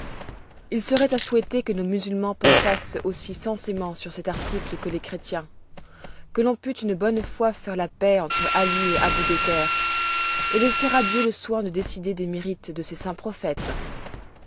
il seroit à souhaiter que nos musulmans pensassent aussi sensément sur cet article que les chrétiens que l'on pût une bonne fois faire la paix entre ali et abubeker et laisser à dieu le soin de décider des mérites de ces saints prophètes